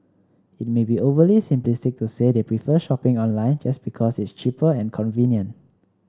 it may be overly simplistic to say they prefer shopping online just because it's cheaper and convenient